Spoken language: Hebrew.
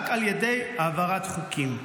רק על ידי העברת חוקים.